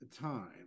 time